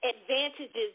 advantages